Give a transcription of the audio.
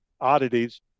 oddities